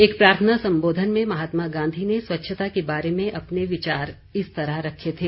एक प्रार्थना संबोधन में महात्मा गांधी ने स्वछता के बारे में अपने विचार इस तरह रखे थे